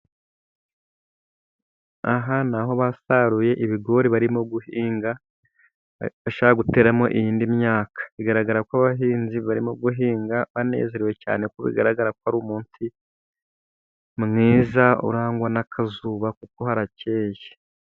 Aha ni aho basaruye ibigori barimo guhinga, bashaka guteramo iyindi myaka, bigaragara ko abahinzi barimo guhinga banezerewe cyane, ku bigaragara ko ari umunsi mwiza, urangwa n'akazuba kuko harakeye.